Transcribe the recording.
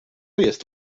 jest